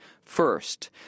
first